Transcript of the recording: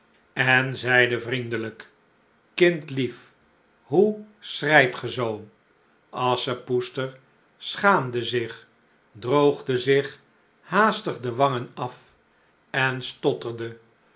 en zeide vriendelijk kindlief hoe schreit ge zoo asschepoester schaamde zich droogde zich haastig de wangen af en stotterde